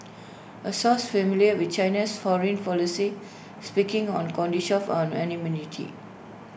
A source familiar with China's foreign policy speaking on condition of anonymity